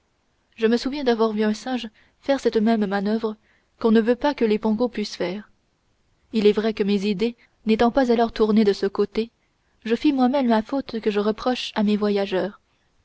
je me souviens d'avoir vu un singe faire cette même manœuvre qu'on ne veut pas que les pongos puissent faire il est vrai que mes idées n'étant pas alors tournées de ce côté je fis moi-même la faute que je reproche à nos voyageurs